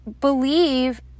believe